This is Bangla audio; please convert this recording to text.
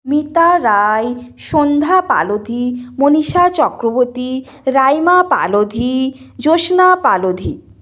মিতা রাই সন্ধ্যা পালোধি মনীষা চক্রবর্তী রাইমা পালোধি জোস্না পালোধি